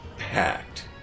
packed